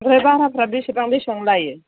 आमफ्राय भाराफ्रा बेसेबां बेसेबां लायो